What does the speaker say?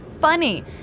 funny